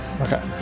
Okay